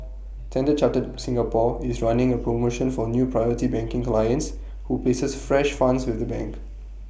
standard chartered Singapore is running A promotion for new priority banking clients who places fresh funds with the bank